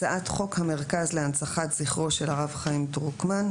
הצעת חוק המרכז להנצחת זכרו של הרב חיים דרוקמן,